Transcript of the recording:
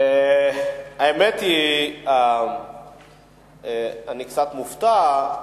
האמת היא שאני קצת מופתע.